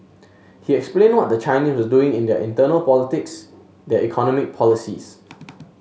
he explained what the Chinese were doing in their internal politics their economic policies